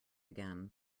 again